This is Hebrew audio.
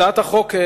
הצעת החוק,